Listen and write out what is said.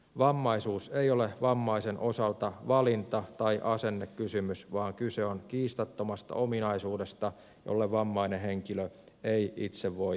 vammaisuus ei ole vammaisen osalta valinta tai asennekysymys vaan kyse on kiistattomasta ominaisuudesta jolle vammainen henkilö ei itse voi mitään